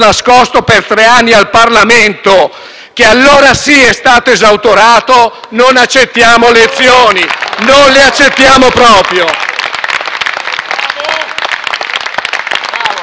che - allora sì - è stato esautorato, non accettiamo lezioni. Non le accettiamo proprio.